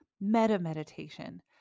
meta-meditation